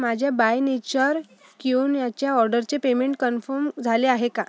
माझ्या by nature किओन्याच्या ऑर्डरचे पेमेंट कन्फम झाले आहे का